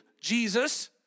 Jesus